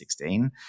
2016